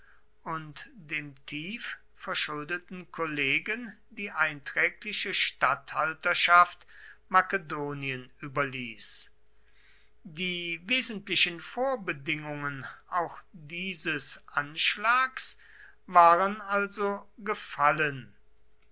und dem tief verschuldeten kollegen die einträgliche statthalterschaft makedonien überließ die wesentlichen vorbedingungen auch dieses anschlags waren also gefallen